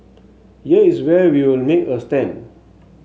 here is where we'll make a stand